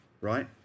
right